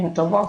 הן טובות,